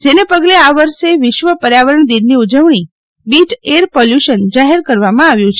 જેને પગલે આ વર્ષે વિશ્વ પર્યાવરણ દિનની ઉજવણી બીટ એર પોલ્યુશન જાહેર કરવામાં આવ્યું છે